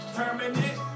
permanent